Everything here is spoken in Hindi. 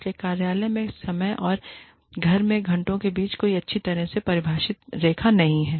इसलिए कार्यालय के समय और घर के घंटों के बीच कोई अच्छी तरह से परिभाषित रेखा नहीं है